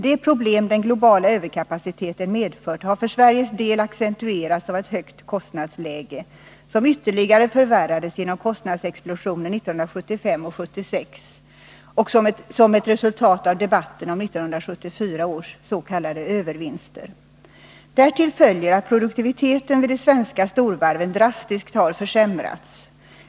De problem den globala överkapaciteten medfört har för Sveriges del accentuerats av ett högt kostnadsläge, vilket ytterligare förvärrades genom kostnadsexplosionen 1975 och 1976, som ett resultat av debatten om 1974 års s.k. övervinster. Därtill följer att produktiviteten vid de svenska storvarven drastiskt har försämrats.